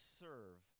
serve